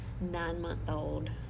nine-month-old